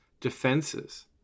defenses